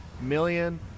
million